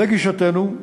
לגישתנו,